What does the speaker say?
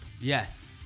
Yes